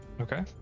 Okay